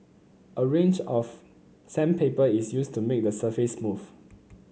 a range of sandpaper is used to make the surface smooth